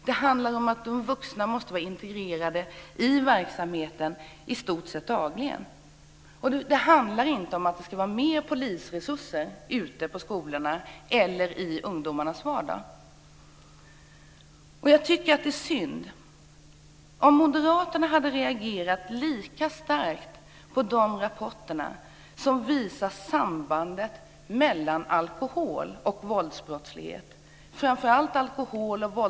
Det handlar om att de vuxna måste vara integrerade i verksamheten i stort sett dagligen. Det handlar inte om att det ska vara fler poliser ute på skolorna eller i ungdomarnas vardag. Jag tycker att det är synd att moderaterna inte reagerar lika starkt på de rapporter som visar sambandet mellan alkohol och våldsbrottslighet bland framför allt unga män.